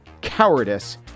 cowardice